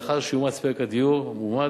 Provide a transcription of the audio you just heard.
לאחר שיאומץ פרק הדיור, והוא אומץ,